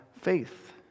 faith